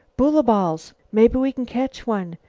boola balls. maybe we can catch one.